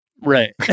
right